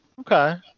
Okay